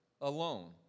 alone